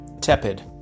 tepid